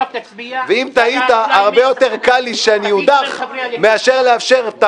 ואם תהית הרבה יותר קל לי שאני אודח מאשר לאשר את